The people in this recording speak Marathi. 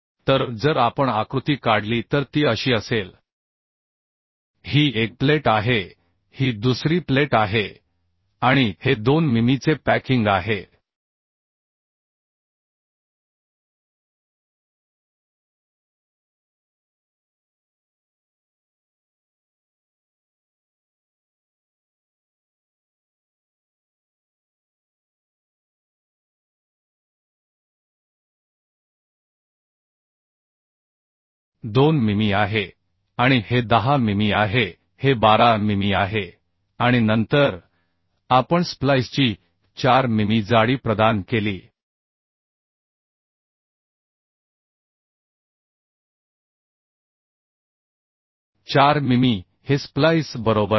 तर जर आपण आकृती काढली तर ती अशी असेल ही एक प्लेट आहे ही दुसरी प्लेट आहे आणि हे 2 मिमीचे पॅकिंग आहे 2 मिमी आहे आणि हे 10 मिमी आहे हे 12 मिमी आहे आणि नंतर आपण स्प्लाइसची 4 मिमी जाडी प्रदान केली 4 मिमी हे स्प्लाइस बरोबर आहे